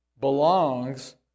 belongs